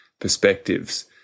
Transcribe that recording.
perspectives